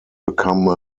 become